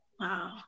Wow